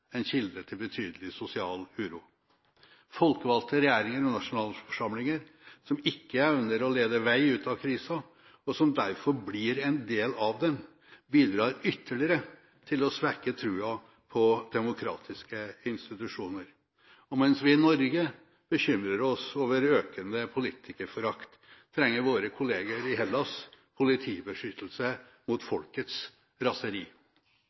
en kilde til betydelig sosial uro. Folkevalgte regjeringer og nasjonalforsamlinger som ikke evner å lede vei ut av krisen, og som derfor blir en del av den, bidrar ytterligere til å svekke troen på demokratiske institusjoner. Mens vi i Norge bekymrer oss over økende politikerforakt, trenger våre kolleger i Hellas politibeskyttelse mot folkets raseri.